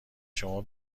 شما